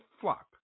flock